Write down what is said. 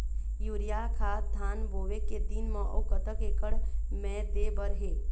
Urea खाद धान बोवे के दिन म अऊ कतक एकड़ मे दे बर हे?